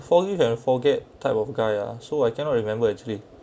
forgive and forget type of guy ah so I cannot remember actually